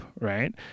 right